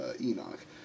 Enoch